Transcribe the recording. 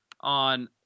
on